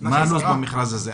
מה הלו"ז למכרז הזה?